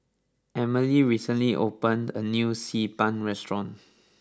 Emmalee recently opened a new Xi Ban restaurant